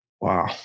Wow